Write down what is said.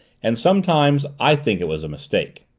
and sometimes i think it was a mistake!